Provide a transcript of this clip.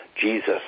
Jesus